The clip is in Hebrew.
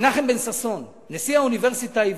מנחם בן-ששון, נשיא האוניברסיטה העברית,